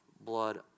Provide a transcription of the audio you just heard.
blood